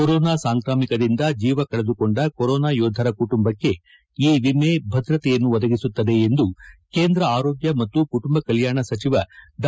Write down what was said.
corona ಸಾಂಕ್ರಾಮಿಕದಿಂದ ಜೀವ ಕಳೆದುಕೊಂಡ ಕೊರೋನಾ ಯೋಧರ ಕುಟುಂಬಕ್ಕೆ ಈ ವಿಮೆ ಭದ್ರತೆಯನ್ನು ಒದಗಿಸುತ್ತದೆ ಎಂದು ಕೇಂದ್ರ ಆರೋಗ್ನ ಹಾಗೂ ಕುಟುಂಬ ಕಲ್ಲಾಣ ಸಚಿವ ಡಾ